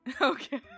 okay